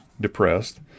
depressed